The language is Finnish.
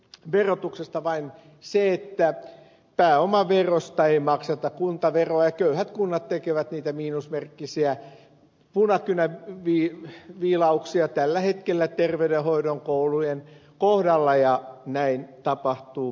verotuksesta vain se että pääomaverosta ei makseta kuntaveroa köyhät kunnat tekevät niitä miinusmerkkisiä punakynäviilauksia tällä hetkellä koulujen terveydenhoidon kohdalla ja näin tapahtuu monessa kunnassa